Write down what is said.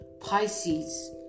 Pisces